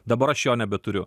dabar aš jo nebeturiu